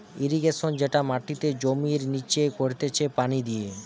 irrigation যেটা মাটিতে জমির লিচে করতিছে পানি দিয়ে